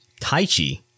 Taichi